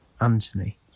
Anthony